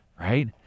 right